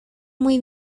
muy